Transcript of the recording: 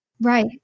Right